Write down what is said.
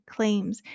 Claims